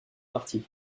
parties